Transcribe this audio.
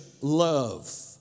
love